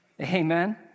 Amen